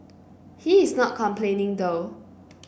he is not complaining though